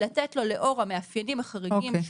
לתת לו לאור המאפיינים החריגים,